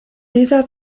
dieser